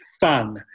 fun